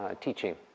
teaching